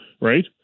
right